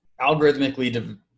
algorithmically